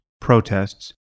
protests